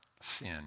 sin